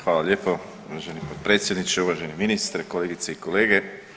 Hvala lijepo uvaženi potpredsjedniče, uvaženi ministre, kolegice i kolege.